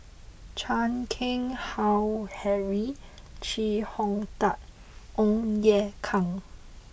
Chan Keng Howe Harry Chee Hong Tat and Ong Ye Kung